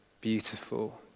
beautiful